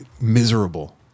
miserable